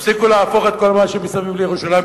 ותפסיקו להפוך את כל מה שמסביב לירושלים,